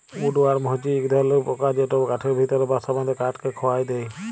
would worm হছে ইক ধরলর পকা যেট কাঠের ভিতরে বাসা বাঁধে কাঠকে খয়ায় দেই